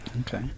Okay